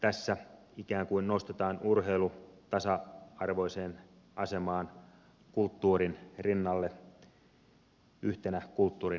tässä ikään kuin nostetaan urheilu tasa arvoiseen asemaan kulttuurin rinnalle yhtenä kulttuurin osa alueena